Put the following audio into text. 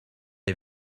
est